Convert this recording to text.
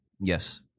Yes